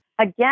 Again